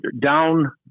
down